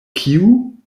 kiu